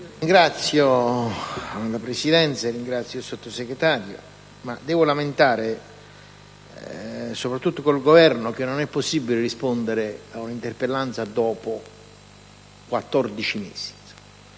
Ringrazio la Presidenza ed il Sottosegretario, ma mi devo lamentare soprattutto con il Governo, in quanto non è possibile rispondere ad un'interpellanza dopo 14 mesi: